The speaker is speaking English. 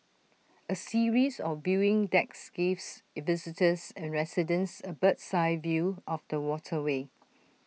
A series of viewing decks gives visitors and residents A bird's eye view of the waterway